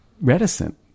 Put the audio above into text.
reticent